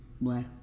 Black